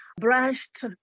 brushed